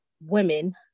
women